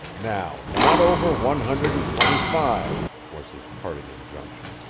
now, not over one hundred and twenty-five, was his parting injunction.